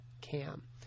CAM